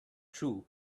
true